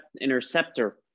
interceptor